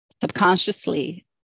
subconsciously